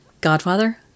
Godfather